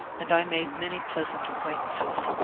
and i made many pleasant acquaintances.